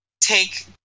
take